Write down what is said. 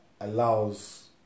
allows